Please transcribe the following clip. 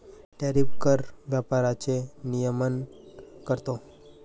tariff कर व्यापाराचे नियमन करतो